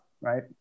right